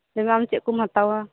ᱧᱮᱞ ᱢᱮ ᱟᱢ ᱪᱮᱫᱠᱩᱢ ᱦᱟᱛᱟᱣᱟ